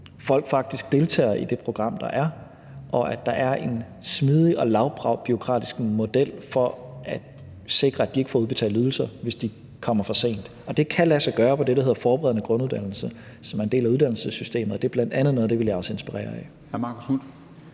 at folk faktisk deltager i det program, der er, og at der er en smidig og lavbureaukratisk model for at sikre, at de ikke får udbetalt ydelser, hvis de kommer for sent. Og det kan lade sig gøre på det, der hedder forberedende grunduddannelse, som er en del af uddannelsessystemet, og det er bl.a. noget af det, vi lader os inspirere af.